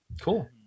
Cool